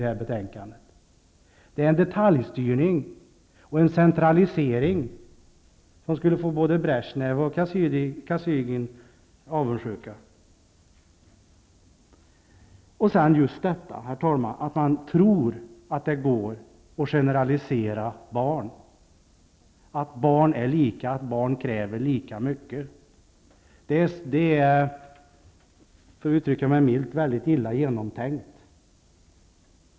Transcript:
Det handlar om en detaljstyrning och en centralisering som skulle få både Bresjnev och Kosygin avundsjuka. Och sedan, herr talman, några ord om just detta med att man tror att det går att generalisera barn, att man tror att barn är lika och kräver lika mycket. Milt uttryckt är förslaget väldigt illa genomtänkt.